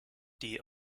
die